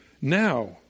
now